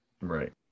Right